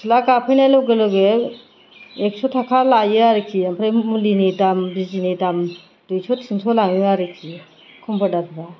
सिथ्ला गाफैनाय लोगो लोगो एक्स' थाखा लायो आरोखि ओमफ्राय मुलिनि दाम बिजिनि दाम दुइस' टिनस' लायो आरोखि कम्पाउन्डारफोरा